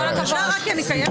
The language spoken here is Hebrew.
אושרו.